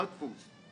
לא דפוס,